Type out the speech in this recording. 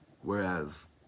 Whereas